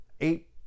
eight